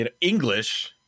English